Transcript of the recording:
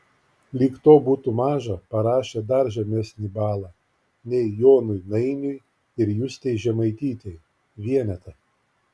lyg to būtų maža parašė dar žemesnį balą nei jonui nainiui ir justei žemaitytei vienetą